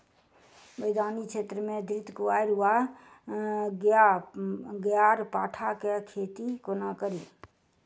मैदानी क्षेत्र मे घृतक्वाइर वा ग्यारपाठा केँ खेती कोना कड़ी?